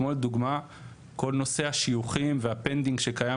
כמו לדוגמה כל נושא השיוכים וה-pending שקיים